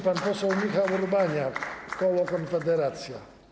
Pan poseł Michał Urbaniak, koło Konfederacja.